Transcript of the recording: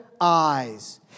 eyes